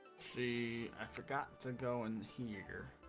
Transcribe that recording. sea after got to go in here here